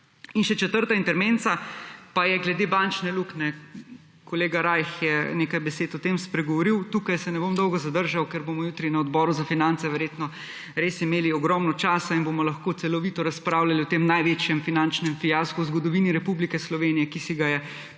Še četrta intermenca pa je glede bančne luknje. Kolega Rajh je nekaj besed o tem spregovoril. Tukaj se ne bom dolgo zadržal, ker bomo jutri na Odboru za finance verjetno res imeli ogromno časa in bomo lahko celovito razpravljali o tem največjem finančnem fiasku v zgodovini Republike Slovenije, ki si ga je